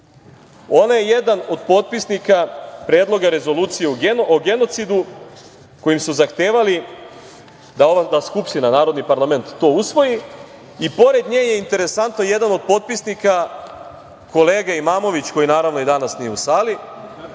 Ona je jedan od potpisnika Predloga rezolucije o genocidu, kojim su zahtevali da Skupština to usvoji i pored nje je jedan od potpisnika kolega Imamović, koji, naravno, i danas nije u sali,